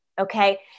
okay